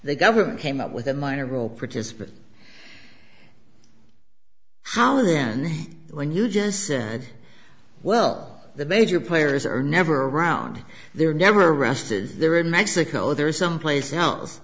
the government came up with a minor role participant how then when you just said well the major players are never around they're never arrested they're in mexico there's someplace else